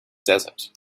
desert